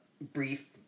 brief